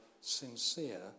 sincere